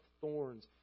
thorns